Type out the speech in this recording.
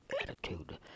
attitude